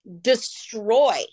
destroy